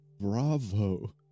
bravo